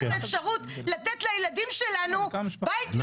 אפשרות לתת לילדים שלנו בית יותר מרווח.